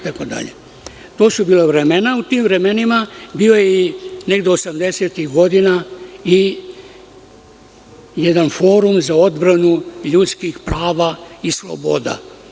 To su bila vremena, a u tim vremenima, bio je osamdesetih godina jedan forum za odbranu ljudskih prava i sloboda.